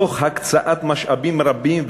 תוך הקצאת משאבים רבים,